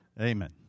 Amen